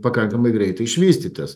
pakankamai greitai išvystytas